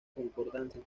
concordancia